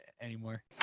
anymore